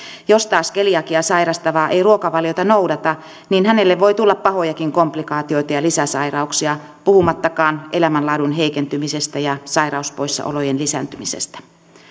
jos taas keliakiaa sairastava ei ruokavaliota noudata niin hänelle voi tulla pahojakin komplikaatioita ja lisäsairauksia puhumattakaan elämänlaadun heikentymisestä ja sairauspoissaolojen lisääntymisestä